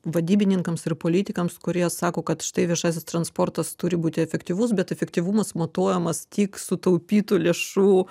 vadybininkams ir politikams kurie sako kad štai viešasis transportas turi būti efektyvus bet efektyvumas matuojamas tik sutaupytų lėšų